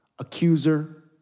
accuser